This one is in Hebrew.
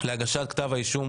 להגשת כתב אישום".